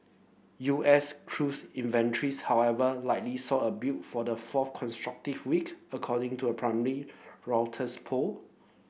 U S crudes however likely saw a build for the fourth consecutive week according to a preliminary Reuters poll